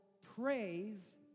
praise